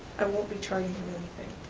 i won't be charging him anything